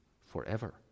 forever